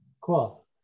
Cool